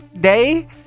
day